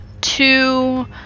two